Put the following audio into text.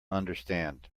understand